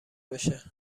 بشه